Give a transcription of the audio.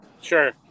Sure